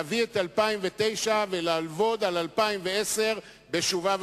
להביא את 2009 ולעבוד על 2010 בשובה ונחת.